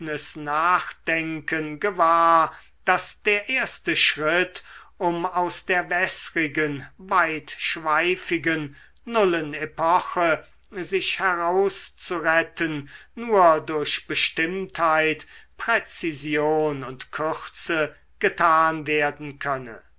nachdenken gewahr daß der erste schritt um aus der wäßrigen weitschweifigen nullen epoche sich herauszuretten nur durch bestimmtheit präzision und kürze getan werden könne